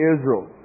Israel